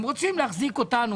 הם רוצים להחזיק אותנו,